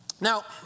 Now